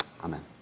Amen